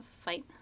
fight